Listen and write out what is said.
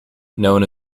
known